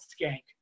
Skank